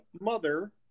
mother